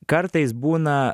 kartais būna